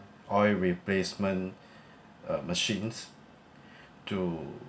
oil replacement uh machines to